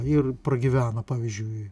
ir pragyvena pavyzdžiui